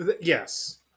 Yes